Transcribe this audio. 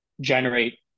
generate